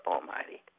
Almighty